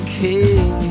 king